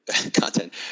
content